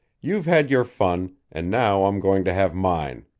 you've had your fun, and now i'm going to have mine.